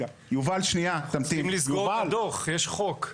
אנחנו צריכים לסגור את הדוח, יש חוק.